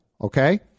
Okay